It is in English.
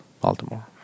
Baltimore